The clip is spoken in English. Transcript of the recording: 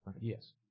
Yes